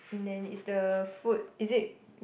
and then is the food is it